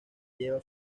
lleva